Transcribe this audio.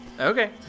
Okay